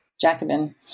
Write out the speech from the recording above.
Jacobin